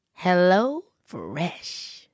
HelloFresh